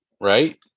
right